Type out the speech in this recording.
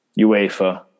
UEFA